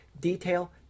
detail